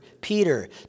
Peter